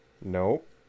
Nope